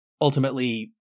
ultimately